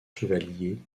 chevalier